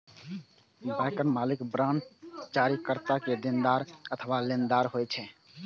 बांडक मालिक बांड जारीकर्ता के देनदार अथवा लेनदार होइ छै